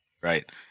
right